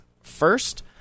first